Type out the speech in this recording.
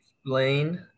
explain